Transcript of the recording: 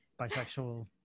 bisexual